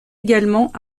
également